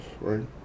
right